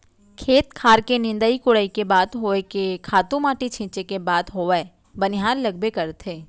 खेत खार के निंदई कोड़ई के बात होय के खातू माटी छींचे के बात होवय बनिहार लगबे करथे